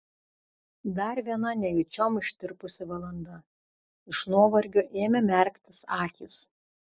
dar viena nejučiom ištirpusi valanda iš nuovargio ėmė merktis akys